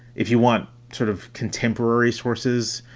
if you want sort of contemporary sources,